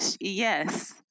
Yes